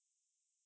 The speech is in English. அப்டியா:apdiyaa